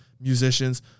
musicians